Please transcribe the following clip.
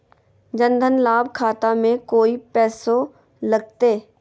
जन धन लाभ खाता में कोइ पैसों लगते?